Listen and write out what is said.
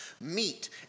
meat